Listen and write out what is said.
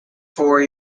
four